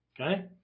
okay